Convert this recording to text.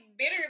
Bitter